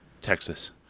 Texas